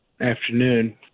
afternoon